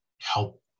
help